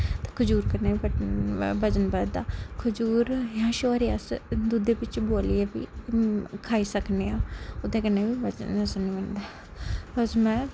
खजूर कन्नै बजन बधदा खजूर छुहारे अस दुद्ध बिच बुआलियै बी खाई सकने आं ओह्दे कन्नै बी बजन बधदा होर पजमां ऐ